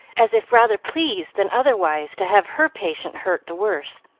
as if rather pleased than otherwise to have her patient hurt the worse